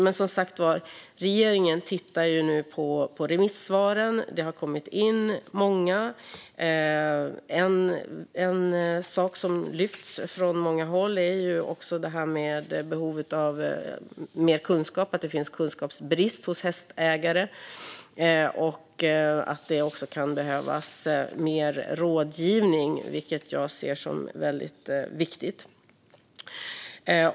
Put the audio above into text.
Regeringen tittar som sagt nu på remissvaren. Det har kommit in många. En sak som lyfts från många håll är behovet av mer kunskap, att det finns kunskapsbrist hos hästägare och att det också kan behövas mer rådgivning, vilket jag ser som väldigt viktigt.